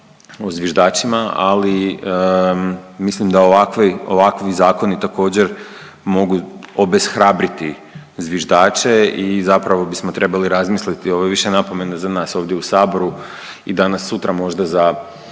o zviždačima, ali mislim da ovakvi zakoni također mogu obeshrabriti zviždače i zapravo bismo trebali razmisliti. Ovo je više napomena za nas ovdje u Saboru i danas sutra možda za